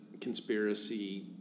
conspiracy